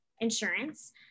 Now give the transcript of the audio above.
insurance